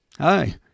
Hi